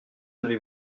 avez